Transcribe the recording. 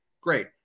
great